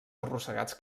arrossegats